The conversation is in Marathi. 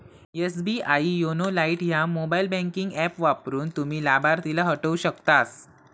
एस.बी.आई योनो लाइट ह्या मोबाईल बँकिंग ऍप वापरून, तुम्ही लाभार्थीला हटवू शकतास